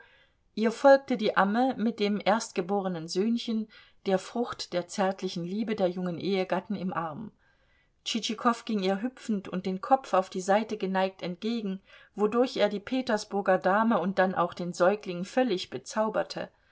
ihr folgte die amme mit dem erstgeborenen söhnchen der frucht der zärtlichen liebe der jungen ehegatten im arm tschitschikow ging ihr hüpfend und den kopf auf die seite geneigt entgegen wodurch er die petersburger dame und dann auch den säugling völlig bezauberte